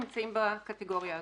נמצאים בקטגוריה הזו,